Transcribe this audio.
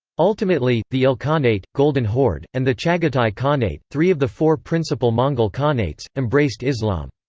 ultimately, the ilkhanate, golden horde, and the chagatai khanate three of the four principal mongol khanates embraced islam.